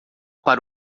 para